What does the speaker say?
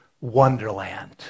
wonderland